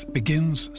begins